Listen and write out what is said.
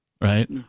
Right